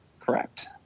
Correct